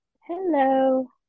Hello